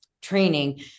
training